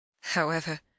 However